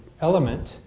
element